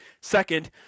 Second